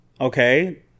Okay